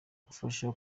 umufasha